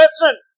Listen